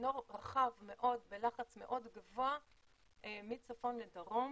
צינור רחב מאוד בלחץ מאוד גבוה מצפון לדרום,